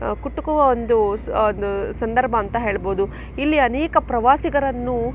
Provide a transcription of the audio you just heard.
ಕುಟುಕುವ ಒಂದು ಸಂದರ್ಭ ಅಂತ ಹೇಳ್ಬೋದು ಇಲ್ಲಿ ಅನೇಕ ಪ್ರವಾಸಿಗರನ್ನು